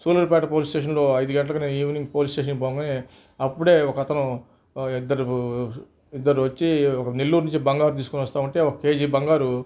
సూళ్లూరు పేట police స్టేషన్లో ఐదు గంటలకి నేను ఈవినింగ్ పోలీస్ స్టేషన్కి పోగానే అప్పుడే ఒకతను ఇద్దరు ఇద్దరు వచ్చి ఒక నెల్లూరు నుంచి బంగారు తీసుకొని వస్తా ఉంటే ఒక కేజీ బంగారు